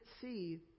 see